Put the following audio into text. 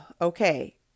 okay